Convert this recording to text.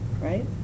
right